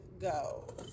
go